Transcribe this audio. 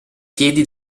piedi